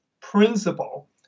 principle